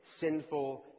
sinful